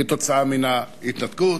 בגלל ההתנתקות.